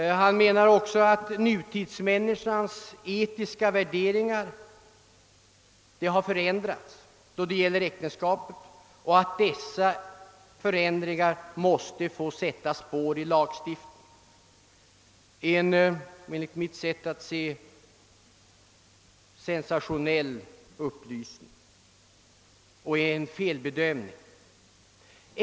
Han menar också att nutidsmänniskans etiska värderingar av äktenskapet har förändrats och att denna förändring måste få sätta spår i lagstiftningen — en enligt mitt sätt att se sensationell upplysning och en felbedömning!